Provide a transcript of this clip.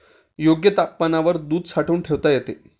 योग्य तापमानावर दूध साठवून ठेवता येते